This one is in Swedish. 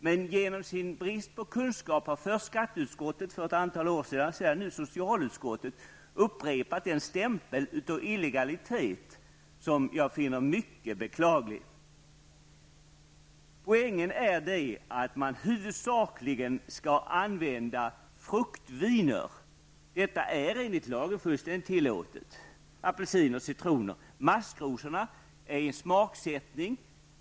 Men genom sin brist på kunskap har först skatteutskottet för ett antal år sedan och nu socialutskottet upprepat den stämpel av illegalitet som jag finner mycket beklaglig. Poängen är att man huvudsakligen skall använda fruktriner, t.ex. av apelsiner eller citroner. Detta är enligt lagen fullständigt tillåtet. Maskrosorna är en smaksättning.